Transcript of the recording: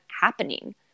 happening